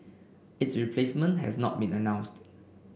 its replacement has not been announced